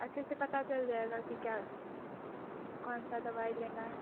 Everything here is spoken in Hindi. अच्छे से पता चल जाएगा कि क्या ये कौन सा दवाई लेना है